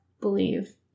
believe